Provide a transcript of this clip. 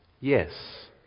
Yes